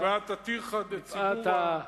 אלא מפאת ה"טרחא דציבורא"